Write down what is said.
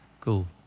Cool